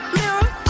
mirror